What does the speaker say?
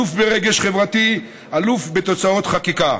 אלוף ברגש חברתי, אלוף בתוצאות חקיקה.